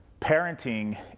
parenting